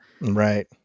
Right